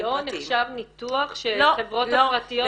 זה לא נחשב ניתוח שהחברות הפרטיות -- לא.